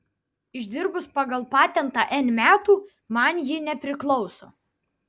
išdirbus pagal patentą n metų man ji nepriklauso